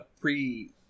pre